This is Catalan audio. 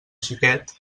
xiquet